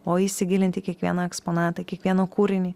o įsigilint į kiekvieną eksponatą kiekvieną kūrinį